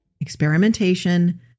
experimentation